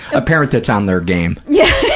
a parent that's on their game. yeah.